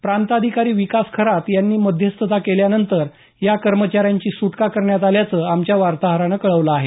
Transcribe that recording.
प्रांताधिकारी विकास खरात यांनी मध्यस्थता केल्यानंतर या कर्मचाऱ्यांची सुटका करण्यात आल्याचं आमच्या वार्ताहरानं कळवलं आहे